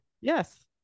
yes